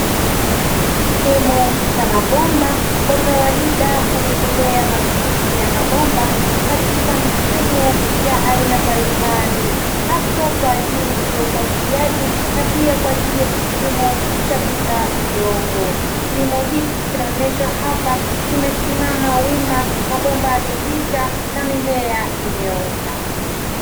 Kilimo cha mabomba, kwa kawaida hurejelea matumizi ya mabomba katika mifumo ya aina mbalimbali, haswa kwa ajili ya umwagiliaji na pia kwa ajili ya kilimo cha bila udongo. Kilimo hiki kinaonyeshwa hapa kimesimama wima na mabomba yamepita na mimea imeota.